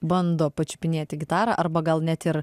bando pačiupinėti gitarą arba gal net ir